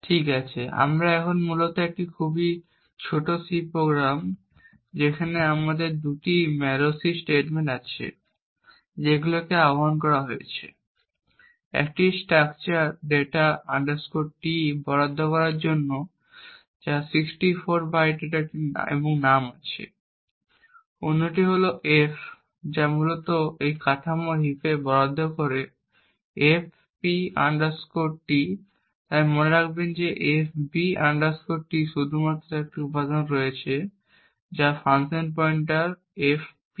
ঠিক আছে তাই এটি মূলত একটি খুব ছোট C প্রোগ্রাম যেখানে আমাদের দুটি malloc স্টেটমেন্ট আছে যেগুলিকে আহ্বান করা হয়েছে একটি স্ট্রাকচার data T বরাদ্দ করার জন্য যা 64 বাইটের এবং নাম আছে অন্যটি হল f যা মূলত এই কাঠামোর হিপে বরাদ্দ করে fp T তাই মনে রাখবেন যে FB T এ শুধুমাত্র একটি উপাদান রয়েছে যা একটি ফাংশন পয়েন্টার fp